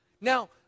Now